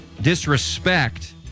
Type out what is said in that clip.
disrespect